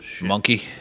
Monkey